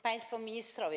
Państwo Ministrowie!